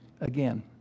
again